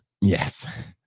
Yes